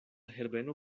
herbeno